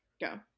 go